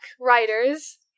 writers